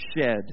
shed